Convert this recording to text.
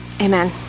amen